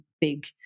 big